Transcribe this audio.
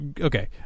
Okay